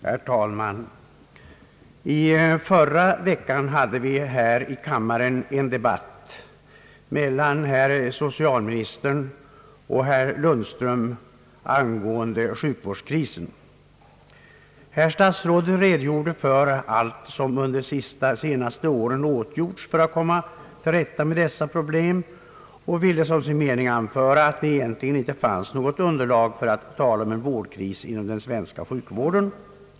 Herr talman! I förra veckan hade vi här i kammaren en debatt mellan socialministern och herr Lundström angående sjukvårdskrisen. Statsrådet redogjorde för allt som under de senaste åren åtgjorts för att komma till rätta med dessa problem och ville såsom sin mening anföra, att det egentligen inte fanns något underlag för att tala om vårdkris inom den svenska sjukvården.